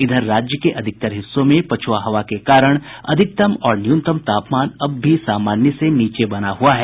इधर राज्य के अधिकांश हिस्सों में पछुआ हवा के कारण अधिकतम और न्यूनतम तापमान अब भी सामान्य से नीचे बना हुआ है